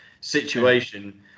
situation